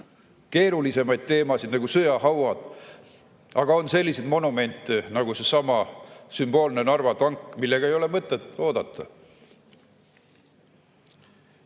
keerulisemaid teemasid, nagu sõjahauad. Aga on selliseid monumente nagu seesama sümboolne Narva tank, millega ei ole mõtet oodata.